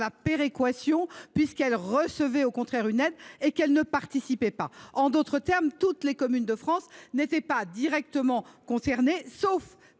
la péréquation, puisqu’elles reçoivent une aide et ne participent pas. En d’autres termes, toutes les communes de France n’étaient pas directement concernées, sauf